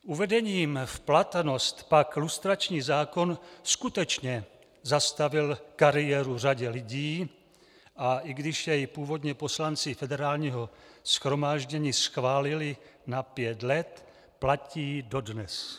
Uvedením v platnost pak lustrační zákon skutečně zastavil kariéru řadě lidí, a i když jej původně poslanci Federálního shromáždění schválili na pět let, platí dodnes.